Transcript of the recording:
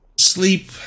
Sleep